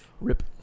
Rip